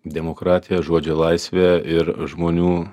demokratija žodžio laisvė ir žmonių